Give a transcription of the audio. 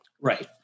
Right